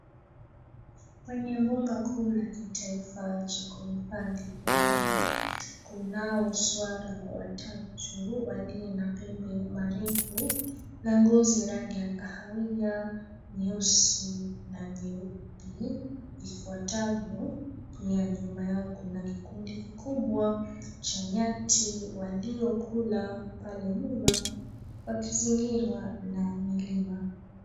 Kwenye mbuga kuu la kitaifa cha kuhifadhi wanyama. Kunao swara watatu waliye na pembe marefu na ngozi ya rangi ya kahawia, nyeusi na nyeupe ifuatavyo. Pia nyuma yao kuna kikundi kikubwa cha nyati waliokula pale nyuma wakizingirwa na milima.